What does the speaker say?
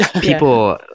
People